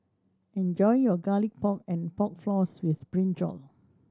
enjoy your Garlic Pork and Pork Floss with Brinjal